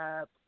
up